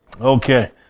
okay